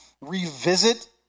revisit